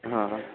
હા હા